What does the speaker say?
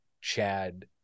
Chad